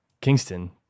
Kingston